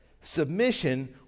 Submission